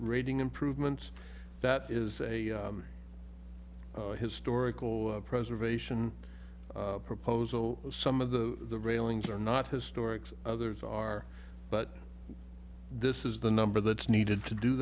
rating improvements that is a historical preservation proposal some of the railings are not historic others are but this is the number that's needed to do